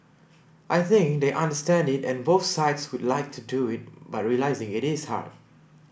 I think they understand it and both sides would like to do it but realising it is hard